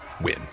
win